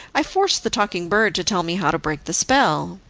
i forced the talking bird to tell me how to break the spell.